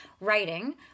writing